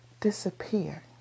disappear